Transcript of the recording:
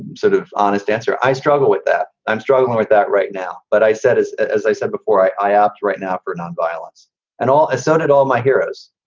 sort of honest answer. i struggle with that. i'm struggling with that right now. but i said, as as i said before, i asked right now for nonviolence and all. and so did all my heroes.